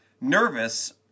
nervous